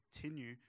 continue